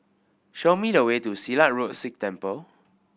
show me the way to Silat Road Sikh Temple